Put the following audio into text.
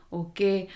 okay